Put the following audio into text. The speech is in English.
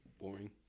boring